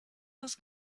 das